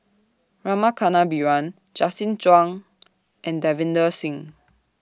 Rama Kannabiran Justin Zhuang and Davinder Singh